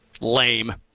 lame